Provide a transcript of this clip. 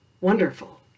wonderful